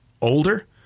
older